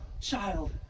child